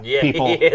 people